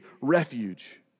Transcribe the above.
refuge